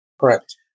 Correct